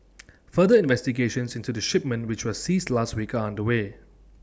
further investigations into the shipment which was seized last week are underway